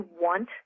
want